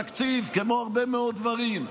תקציב, כמו הרבה מאוד דברים.